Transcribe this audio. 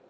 -